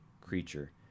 creature